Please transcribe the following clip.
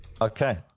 Okay